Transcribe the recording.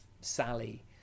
Sally